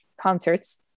concerts